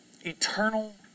eternal